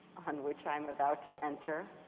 on which i'm about to enter.